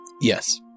Yes